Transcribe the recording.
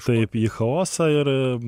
taip į chaosą ir